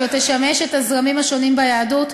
אשר תשמש את הזרמים השונים ביהדות,